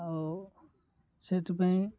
ଆଉ ସେଥିପାଇଁ